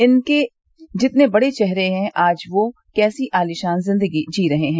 इनके जितने बड़े चेहरे हैं आज वो कैसी अलीशान जिंदगी जी रहे हैं